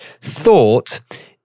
thought